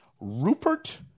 Rupert